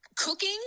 cooking